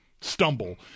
stumble